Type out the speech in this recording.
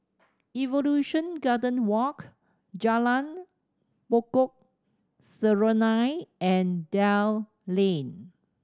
Evolution Garden Walk Jalan Pokok Serunai and Dell Lane